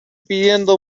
pidiendo